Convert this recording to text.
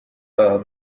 are